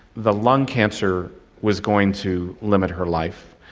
the lung cancer was going to limit her life,